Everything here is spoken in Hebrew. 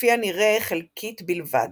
כפי הנראה, חלקית בלבד.